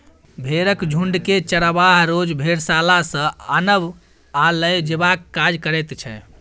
भेंड़क झुण्डकेँ चरवाहा रोज भेड़शाला सँ आनब आ लए जेबाक काज करैत छै